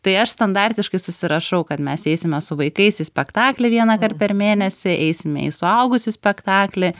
tai aš standartiškai susirašau kad mes eisime su vaikais į spektaklį vieną kart per mėnesį eisime į suaugusių spektaklį